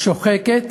שוחקת